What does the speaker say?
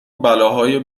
بلاهای